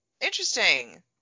interesting